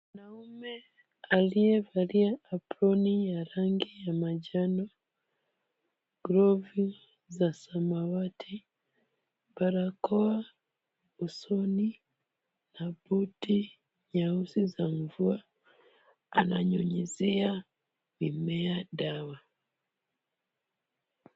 Mwanaume aliyevalia aproni ya rangi ya manjano, glovu za samawati, barakoa usoni na buti nyeusi za mvua. Ananyunyizia mimea dawa.